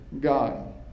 god